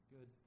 Good